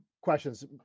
questions